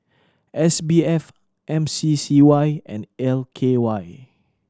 S B F M C C Y and L K Y